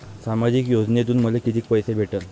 सामाजिक योजनेतून मले कितीक पैसे भेटन?